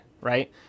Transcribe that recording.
right